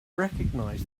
recognize